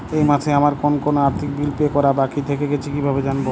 এই মাসে আমার কোন কোন আর্থিক বিল পে করা বাকী থেকে গেছে কীভাবে জানব?